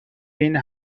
این